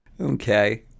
okay